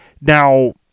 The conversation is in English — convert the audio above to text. Now